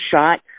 shot